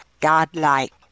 godlike